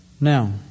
Now